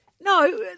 No